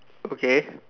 okay